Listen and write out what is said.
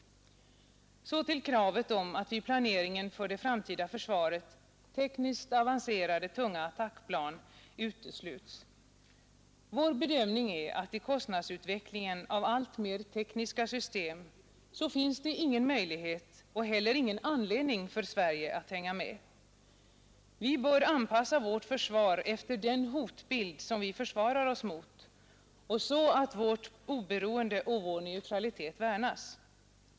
Så till kravet om att i planeringen för det framtida försvaret tekniskt avancerade tunga attackplan utesluts. Vår bedömning är att i kostnadsutvecklingen av alltmer tekniska system finns det ingen möjlighet och heller ingen anledning för Sverige att hänga med. Vi bör anpassa vårt försvar efter den hotbild som vi räknar med och så att vårt oberoende och vår neutralitet värnas.